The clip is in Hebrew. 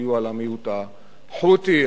בסיוע למיעוט החותי,